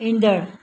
ईंदड़